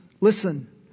Listen